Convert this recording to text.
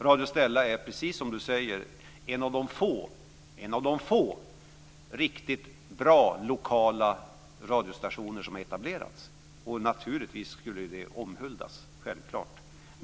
Radio Stella är, precis som Ola Karlsson säger, en av de få riktigt bra lokala radiostationer som har etablerats. Det skulle naturligtvis omhuldas. Det är självklart.